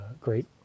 great